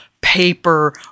paper